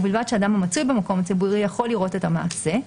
ובלבד שאדם המצוי במקום ציבורי יכול לראות את המעשה,